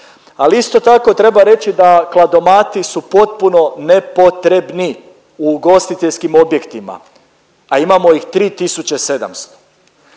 Ali isto tako treba reći da kladomati su potpuno nepotrebni u ugostiteljskim objektima, a imamo ih 3700.